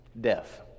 Death